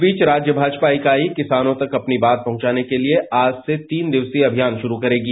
इस बीच राज्य भाजपा इकाई किसानों तक अपनी बात पहुंचाने के लिए आज से तीन दिवसीय अभियान शुरू करेगी